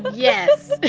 but yes.